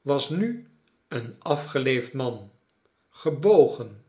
was nu een afgeleefd man gebogen